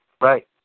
right